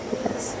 yes